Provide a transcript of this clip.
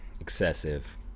excessive